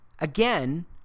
again